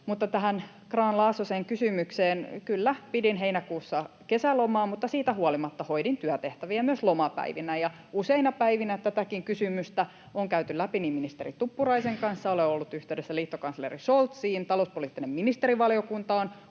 tähän Grahn-Laasosen kysymykseen: kyllä, pidin heinäkuussa kesälomaa, mutta siitä huolimatta hoidin työtehtäviä myös lomapäivinä, ja useina päivinä tätäkin kysymystä on käyty läpi ministeri Tuppuraisen kanssa, olen ollut yhteydessä liittokansleri Scholziin, talouspoliittinen ministerivaliokunta